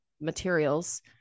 materials